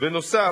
בנוסף,